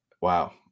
wow